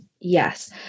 yes